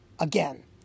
again